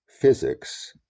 physics